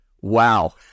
wow